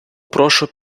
прошу